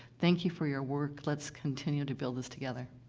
thank you for your work. let's continue to build this together.